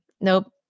nope